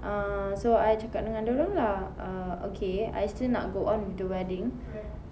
ah so I cakap dengan dorang lah ah err okay I still nak go on with the wedding